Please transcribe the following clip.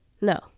No